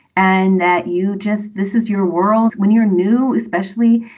and that you just this is your world. when you're new especially,